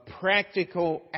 practical